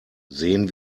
sehen